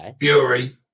Bury